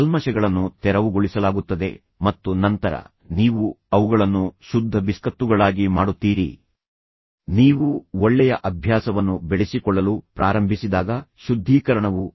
ಕಲ್ಮಶಗಳನ್ನು ತೆರವುಗೊಳಿಸಲಾಗುತ್ತದೆ ಮತ್ತು ನಂತರ ನೀವು ಅವುಗಳನ್ನು ಶುದ್ಧ ಬಿಸ್ಕತ್ತುಗಳಾಗಿ ಮಾಡುತ್ತೀರಿ ಇದು ನಿಜವಾಗಿಯೂ ಪ್ರಾರಂಭಿಸಲು ಬಹಳ ನೋವಿನ ಕೆಲಸವಾಗಿದೆ